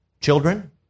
Children